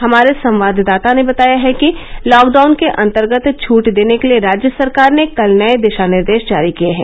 हमारे संवाददाता ने बताया है कि लॉकडाउन के अन्तर्गत छूट देने के लिए राज्य सरकार ने कल नये दिशा निर्देश जारी किये हैं